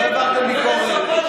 לא העברתם ביקורת.